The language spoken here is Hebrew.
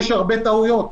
יש הרבה טעויות.